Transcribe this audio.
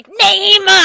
name